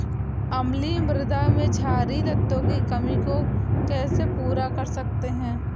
अम्लीय मृदा में क्षारीए तत्वों की कमी को कैसे पूरा कर सकते हैं?